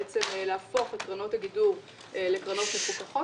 להפוך את קרנות הגידור לקרנות מפוקחות,